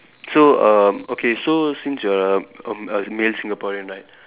so err okay so since you're a a a male Singaporean right